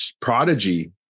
prodigy